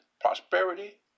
prosperity